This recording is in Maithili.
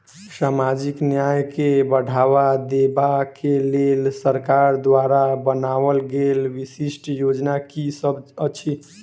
सामाजिक न्याय केँ बढ़ाबा देबा केँ लेल सरकार द्वारा बनावल गेल विशिष्ट योजना की सब अछि?